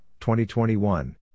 2021